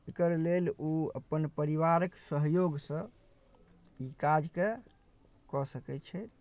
एकर लेल ओ अपन परिवारक सहयोगसँ ई काजकेँ कऽ सकै छै